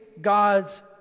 God's